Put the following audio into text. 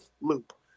loop